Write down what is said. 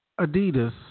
Adidas